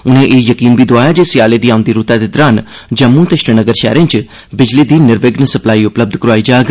उनें एह् यकीन बी दोआया ऐ जे स्याले दी औंदी रूतै दे दौरान जम्मू ते श्रीनगर शैहरें च बिजली दी र्निविघ्न सप्लाई उपलब्ध करोआई जाग